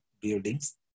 buildings